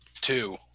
two